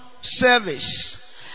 service